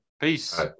peace